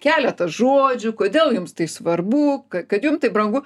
keletą žodžių kodėl jums tai svarbu kad jum tai brangu